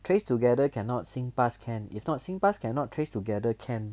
trace together cannot singpass can if not singpass cannot trace together can